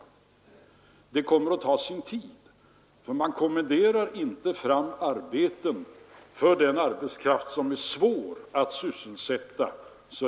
Men det kommer att ta sin tid, för man kommenderar inte utan vidare fram arbeten åt den arbetskraft som det är svårt att sysselsätta.